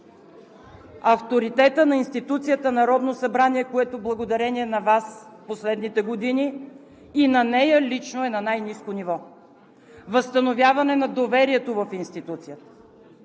авторитета на институцията Народно събрание, който, благодарение на Вас в последните години и на нея лично, е на най-ниско ниво; възстановяване на доверието в институцията,